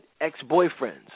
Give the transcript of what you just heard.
ex-boyfriends